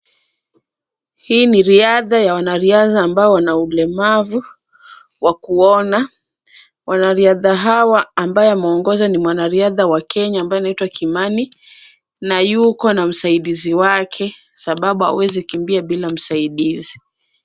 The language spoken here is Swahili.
Hii ni riadha ya wanariadha ambao wanaulemavu wakuona. Wanariadha hawa ambaye ameongoza ni mwanariadha wa Kenya ambaye anaitwa Kimani, na yuko na msaidizi wake, sababu hawezi kimbia bila msaidizi.